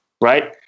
right